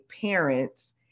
parents